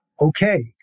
okay